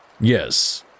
Yes